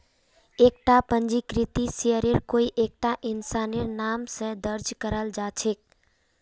एकता पंजीकृत शेयर कोई एकता इंसानेर नाम स दर्ज कराल जा छेक